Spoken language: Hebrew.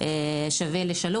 לא 1+1=3,